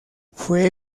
fue